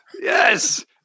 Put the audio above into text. yes